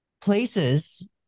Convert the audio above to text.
places